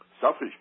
Selfish